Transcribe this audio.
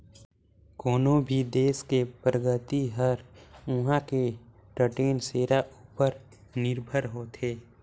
कोनो भी देस के परगति हर उहां के टटेन सेरा उपर निरभर होथे